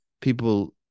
people